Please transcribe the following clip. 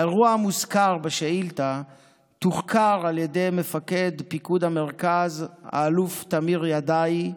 האירוע המוזכר בשאילתה תוחקר על ידי מפקד פיקוד המרכז האלוף תמיר ידעי,